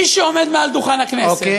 מי שעומד מעל דוכן הכנסת, אוקיי.